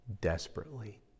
desperately